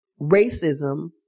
racism